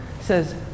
says